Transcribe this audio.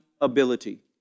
ability